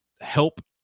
help